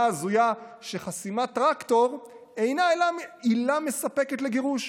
ההזויה שחסימת טרקטור אינה עילה מספקת לגירוש.